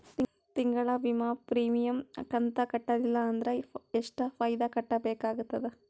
ತಿಂಗಳ ವಿಮಾ ಪ್ರೀಮಿಯಂ ಕಂತ ಕಟ್ಟಲಿಲ್ಲ ಅಂದ್ರ ಎಷ್ಟ ಫೈನ ಕಟ್ಟಬೇಕಾಗತದ?